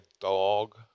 dog